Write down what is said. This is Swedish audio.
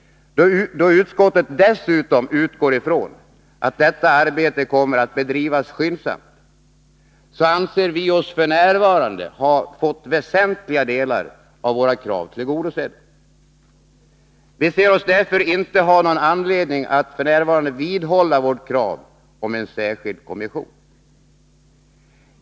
Då utskottet dessutom utgår från att detta arbete kommer att bedrivas skyndsamt, anser vi oss f.n. ha fått väsentliga delar av våra krav tillgodosedda. Vi ser oss därför inte ha någon anledning att vidhålla vårt krav på en särskild kommission.